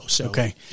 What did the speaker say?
Okay